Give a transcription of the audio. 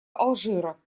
алжира